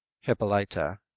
Hippolyta